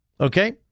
Okay